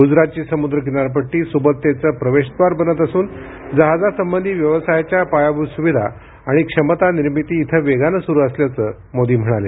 गुजरातची समुद्र किनारपट्टी सुबत्तेचं प्रवेशद्वार बनत असून जहाजसंबंधी व्यवसायाच्या पायाभूत सुविधा आणि क्षमता निर्मिती इथं वेगानं सुरु असल्याचं मोदी म्हणाले